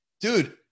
dude